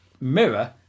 mirror